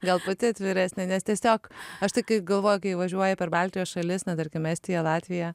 gal pati atviresnė nes tiesiog aš tai kai galvoju kai važiuoji per baltijos šalis na tarkim estiją latviją